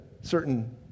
certain